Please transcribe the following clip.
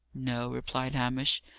no, replied hamish.